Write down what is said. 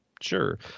sure